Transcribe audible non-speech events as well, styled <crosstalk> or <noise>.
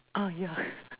err yeah <breath>